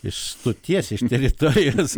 iš stoties iš teritorijos